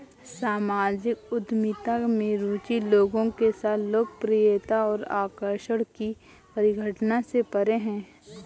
सामाजिक उद्यमिता में रुचि लोगों के साथ लोकप्रियता और आकर्षण की परिघटना से परे है